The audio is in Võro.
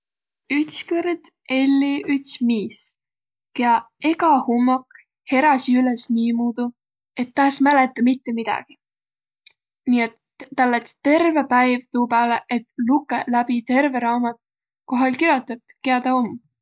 Ütskõrd elli üts miis, kiä ega hummok heräsi üles niimuudu, et tä es mäletäq mitte midägiq. Nii et täl läts' terve päiv tuu pääle, et lukõq läbi terve raamat, kohe oll' kirotõt, kiä tä om.